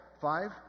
Five